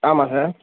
ஆமாம் சார்